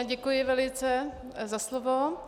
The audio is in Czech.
Děkuji velice za slovo.